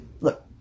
look